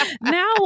now